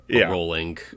rolling